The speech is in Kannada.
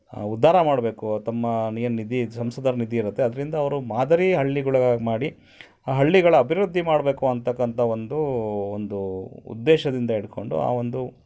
ಉದ್ಧಾರ ಮಾಡಬೇಕು ತಮ್ಮ ನಿ ಏನ್ ನಿಧಿ ಸಂಸದರ ನಿಧಿ ಇರುತ್ತೆ ಅದರಿಂದ ಅವರು ಮಾದರಿ ಹಳ್ಳಿಗಳಾಗಿ ಮಾಡಿ ಆ ಹಳ್ಳಿಗಳ ಅಭಿವೃದ್ಧಿ ಮಾಡಬೇಕು ಅನ್ನತಕ್ಕಂಥ ಒಂದು ಒಂದು ಉದ್ದೇಶದಿಂದ ಹಿಡಕೊಂಡು ಆ ಒಂದು